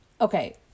okay